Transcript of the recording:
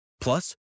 Plus